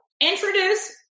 introduce